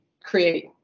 create